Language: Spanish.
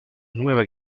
nueva